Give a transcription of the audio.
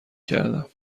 کردم